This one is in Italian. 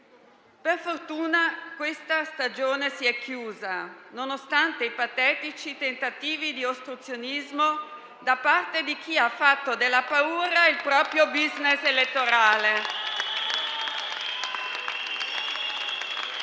Per fortuna, questa stagione si è chiusa, nonostante i patetici tentativi di ostruzionismo da parte di chi ha fatto della paura il proprio *business* elettorale.